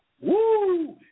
Woo